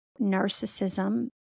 narcissism